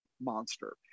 monster